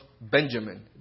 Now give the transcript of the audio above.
Benjamin